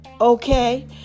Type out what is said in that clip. okay